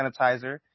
sanitizer